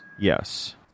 Yes